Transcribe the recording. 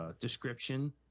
description